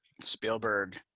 Spielberg